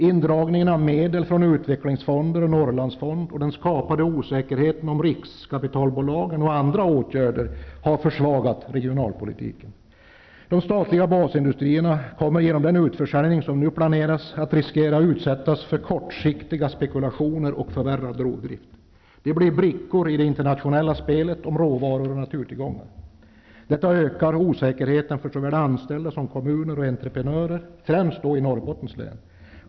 Indragningen av medel från utvecklingsfonder och Norrlandsfond och den skapade osäkerheten om riskkapitalbolagen är andra åtgärder som försvagat regionalpolitiken. Det statliga basindustrierna kommer genom den utförsäljning som nu planeras att riskera att utsättas för kortsiktiga spekulationer och förvärrad rovdrift. De blir brickor i det internationella spelet om råvaror och naturtillgångar. Detta ökar osäkerheten för såväl anställda som kommuner och entreprenörer, främst i Norrbottens län.